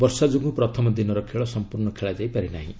ବର୍ଷା ଯୋଗୁଁ ପ୍ରଥମ ଦିନର ଖେଳ ସମ୍ପୂର୍ଣ୍ଣ ଖେଳାଯାଇ ପାରିନାହିଁ